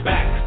Back